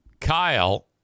Kyle